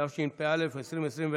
התשפ"א 2021,